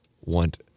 want